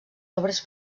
obres